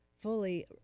fully